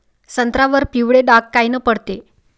संत्र्यावर पिवळे डाग कायनं पडते?